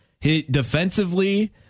defensively